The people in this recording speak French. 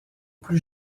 plus